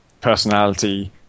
personality